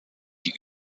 die